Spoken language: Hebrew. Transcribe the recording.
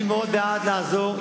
אני מאוד בעד לעזור.